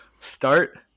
Start